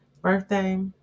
birthday